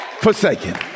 forsaken